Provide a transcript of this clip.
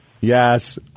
Yes